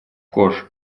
кош